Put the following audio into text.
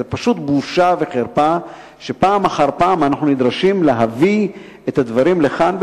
זה פשוט בושה וחרפה שפעם אחר פעם אנחנו נדרשים להביא את הדברים לכאן,